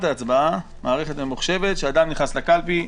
ההצבעה מערכת ממוחשבת אדם נכנס לקלפי,